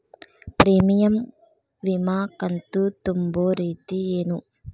Premium ವಿಮಾ ಕಂತು ತುಂಬೋ ರೇತಿ ಏನು?